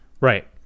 Right